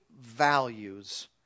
values